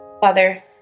Father